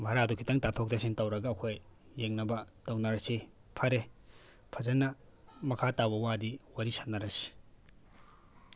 ꯕꯔꯥꯗꯣ ꯈꯤꯇꯪ ꯇꯥꯊꯣꯛ ꯇꯥꯁꯤꯟ ꯇꯧꯔꯒ ꯑꯩꯈꯣꯏ ꯌꯦꯡꯅꯕ ꯇꯧꯅꯔꯁꯤ ꯐꯔꯦ ꯐꯖꯅ ꯃꯈꯥ ꯇꯥꯕ ꯋꯥꯗꯤ ꯋꯥꯔꯤ ꯁꯥꯟꯅꯔꯁꯤ